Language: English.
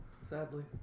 Sadly